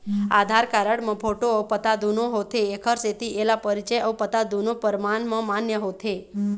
आधार card म photo अउ पता दुनो होथे एखर सेती एला परिचय अउ पता दुनो परमान म मान्य होथे